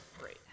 great